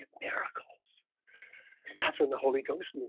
miracles that's when the holy ghost moves.